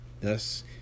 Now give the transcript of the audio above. thus